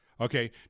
Okay